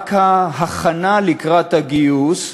רק ההכנה לקראת הגיוס,